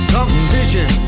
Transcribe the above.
Competition